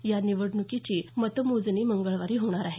या निडणुकीची मतमोजणी मंगळवारी होणार आहे